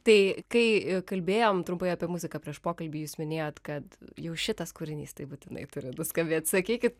tai kai kalbėjom trumpai apie muziką prieš pokalbį jūs minėjot kad jau šitas kūrinys tai būtinai turi nuskambėt sakykit